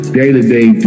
day-to-day